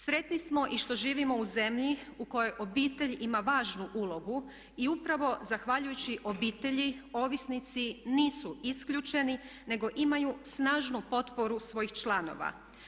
Sretni smo i što živimo u zemlji u kojoj obitelj ima važnu ulogu i upravo zahvaljujući obitelji ovisnici nisu isključeni, nego imaju snažnu potporu svojih članova.